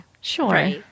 Sure